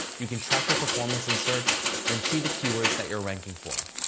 you can track your performance in search and see the keywords that you're ranking for.